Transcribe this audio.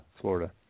Florida